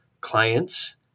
clients